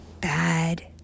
bad